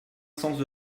cents